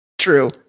true